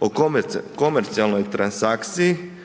o komercijalnoj transakciji,